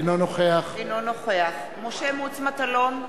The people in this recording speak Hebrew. אינו נוכח משה מוץ מטלון,